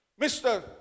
Mr